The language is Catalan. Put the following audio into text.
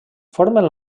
formen